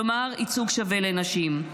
כלומר ייצוג שווה לנשים.